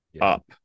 up